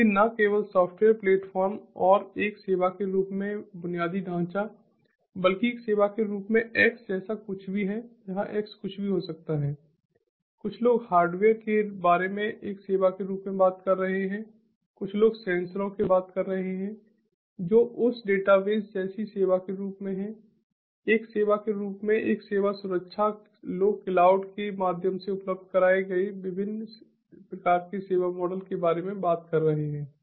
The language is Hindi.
इसलिए न केवल सॉफ़्टवेयर प्लेटफ़ॉर्म और एक सेवा के रूप में बुनियादी ढाँचा बल्कि एक सेवा के रूप में x जैसा कुछ भी है जहाँ x कुछ भी हो सकता है कुछ लोग हार्डवेयर के बारे में एक सेवा के रूप में बात कर रहे हैं कुछ लोग सेंसरों के बारे में बात कर रहे हैं जो उस डेटाबेस जैसी सेवा के रूप में हैं एक सेवा के रूप में एक सेवा सुरक्षा लोग क्लाउड के माध्यम से उपलब्ध कराए गए सभी विभिन्न प्रकार के सेवा मॉडल के बारे में बात कर रहे हैं